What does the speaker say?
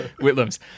Whitlam's